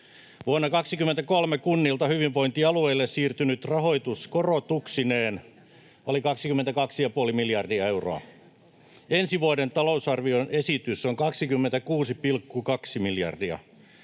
Vuonna 23 kunnilta hyvinvointialueille siirtynyt rahoitus korotuksineen oli 22,5 miljardia euroa. Ensi vuoden talousarvion esitys on 26,2 miljardia.